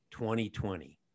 2020